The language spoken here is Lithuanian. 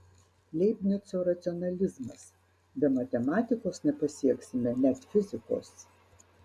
leibnico racionalizmas be matematikos nepasieksime net fizikos